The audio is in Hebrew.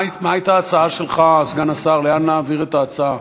הייתה ההצעה שלך, סגן השר, לאן נעביר את ההצעה?